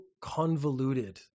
convoluted